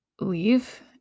leave